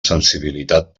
sensibilitat